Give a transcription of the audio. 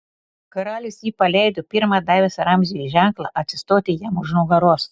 karalius jį paleido pirma davęs ramziui ženklą atsistoti jam už nugaros